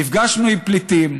נפגשנו עם פליטים,